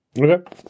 Okay